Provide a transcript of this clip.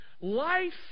Life